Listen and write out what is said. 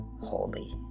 holy